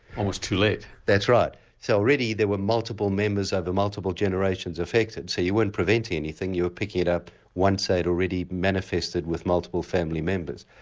almost too late? that's right so already there were multiple members over multiple generations affected so you wouldn't prevent anything, you were picking it up once they'd already manifested with multiple family members.